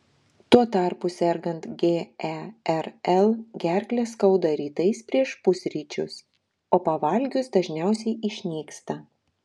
tuo tarpu sergant gerl gerklę skauda rytais prieš pusryčius o pavalgius dažniausiai išnyksta